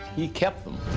he kept them.